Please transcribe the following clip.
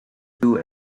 two